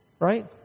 right